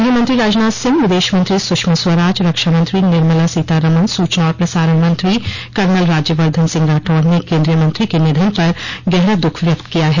गृहमंत्री राजनाथ सिंह विदेशमंत्री सुषमा स्वराज रक्षामंत्री निर्मला सीतारमण सूचना और प्रसारण मंत्री कर्नल राज्यवर्धन सिंह राठौड़ ने केन्द्रीय मंत्री के निधन पर गहरा दुख व्यक्त किया है